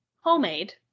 homemade